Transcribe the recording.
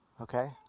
Okay